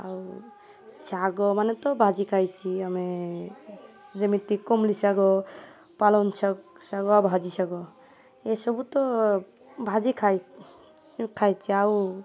ଆଉ ଶାଗ ମାନେ ତ ଭାଜି ଖାଇଛି ଆମେ ଯେମିତି କଳମ ଶାଗ ପାଲଙ୍ଗ ଶ ଶାଗ ଆଉ ଭାଜି ଶାଗ ଏସବୁ ତ ଭାଜି ଖାଇ ଖାଇଛି ଆଉ